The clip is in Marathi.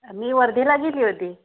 मी वर्धेला गेली होती